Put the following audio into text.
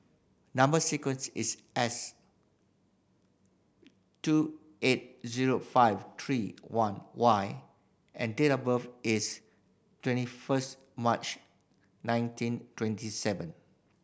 number sequence is S two eight zero five three one Y and date of birth is twenty first March nineteen twenty seven